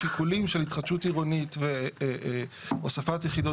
השיקולים של התחדשות עירונית והוספת יחידות